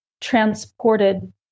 transported